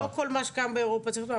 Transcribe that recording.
לא כל מה שקיים באירופה צריך להיות פה.